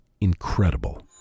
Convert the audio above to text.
incredible